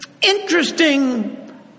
interesting